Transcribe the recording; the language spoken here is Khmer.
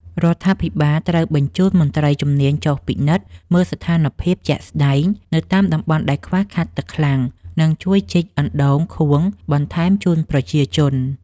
រដ្ឋាភិបាលត្រូវបញ្ជូនមន្ត្រីជំនាញចុះពិនិត្យមើលស្ថានភាពជាក់ស្តែងនៅតាមតំបន់ដែលខ្វះខាតទឹកខ្លាំង និងជួយជីកអណ្តូងខួងបន្ថែមជូនប្រជាជន។